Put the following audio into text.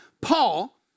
Paul